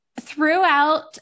throughout